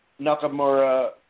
Nakamura